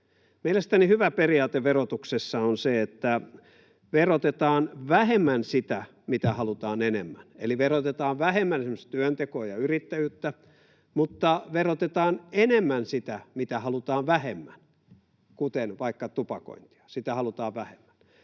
Mielestäni hyvä periaate verotuksessa on se, että verotetaan vähemmän sitä, mitä halutaan enemmän, eli verotetaan vähemmän esimerkiksi työntekoa ja yrittäjyyttä, mutta verotetaan enemmän sitä, mitä halutaan vähemmän, kuten vaikka tupakointia. Sitä halutaan vähemmän.